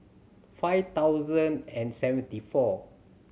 five thousand and seventy four